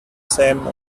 same